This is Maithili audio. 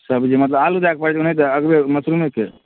सब्जी मतलब आलू दए कऽ ओनाहिते कि अगवे मशरूमके